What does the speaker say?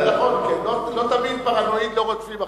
לא תמיד פרנואיד, לא רודפים אחריו.